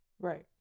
Right